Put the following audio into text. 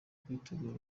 kwitegura